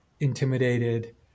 intimidated